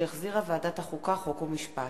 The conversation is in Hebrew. שהחזירה ועדת החוקה, חוק ומשפט.